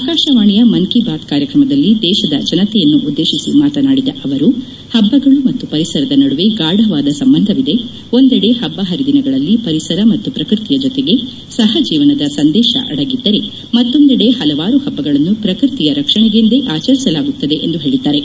ಆಕಾಶವಾಣಿಯ ಮನ್ ಕಿ ಬಾತ್ ಕಾರ್ಯಕ್ರಮದಲ್ಲಿ ದೇಶದ ಜನತೆಯನ್ನು ಉದ್ದೇಶಿಸಿ ಮಾತನಾಡಿದ ಅವರು ಹಬ್ಬಗಳು ಮತ್ತು ಪರಿಸರದ ನಡುವೆ ಗಾಢವಾದ ಸಂಬಂಧವಿದೆ ಒಂದೆಡೆ ಹಬ್ಬ ಹರಿದಿನಗಳಲ್ಲಿ ಪರಿಸರ ಮತ್ತು ಪ್ರಕೃತಿಯ ಜೊತೆಗೆ ಸಹಜೀವನದ ಸಂದೇಶ ಅಡಗಿದ್ದರೆ ಮತ್ತೊಂದೆಡೆ ಹಲವಾರು ಹಬ್ಬಗಳನ್ನು ಪ್ರಕೃತಿಯ ರಕ್ಷಣೆಗೆಂದೇ ಆಚರಿಸಲಾಗುತ್ತದೆ ಎಂದು ಹೇಳಿದ್ದಾರೆ